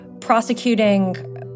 prosecuting